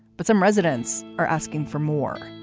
but some residents are asking for more.